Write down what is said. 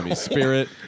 spirit